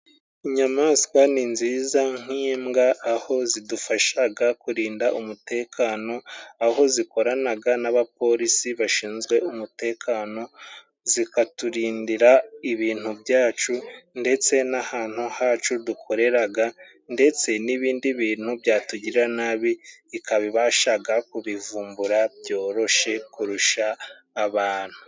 Inyamaswa ni nziza nk'imbwa aho zidufashaga kurinda umutekano; aho zikoranaga n'abapolisi bashinzwe umutekano. Zikaturindira ibintu byacu ndetse n'ahantu hacu dukoreraga. Ndetse n'ibindi bintu byatugirira nabi ikaba ibashaga, kubivumbura byoroshe kurusha abantu.